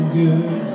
good